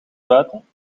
buiten